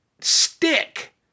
stick